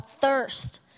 thirst